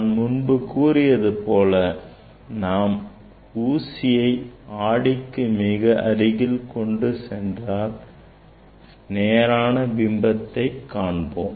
நான் முன்பு கூறியது போல நாம் ஊசியை ஆடிக்கு மிக அருகில் கொண்டு சென்றால் நேரான பிம்பத்தை காண்போம்